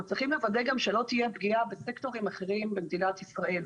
אנחנו צריכים לוודא גם שלא תהיה פגיעה בסקטורים אחרים במדינת ישראל,